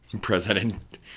President